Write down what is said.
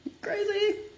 Crazy